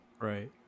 Right